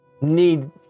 need